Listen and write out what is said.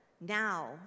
now